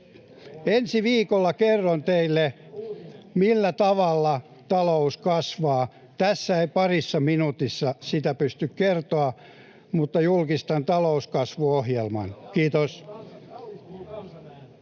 Ensi viikolla kerron teille, millä tavalla talous kasvaa. Tässä ei parissa minuutissa sitä pysty kertomaan, mutta julkistan talouskasvuohjelman. — Kiitos.